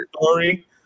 story